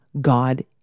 God